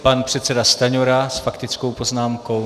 Pan předseda Stanjura s faktickou poznámkou.